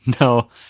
No